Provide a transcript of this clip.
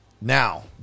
now